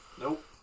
Nope